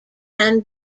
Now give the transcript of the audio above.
can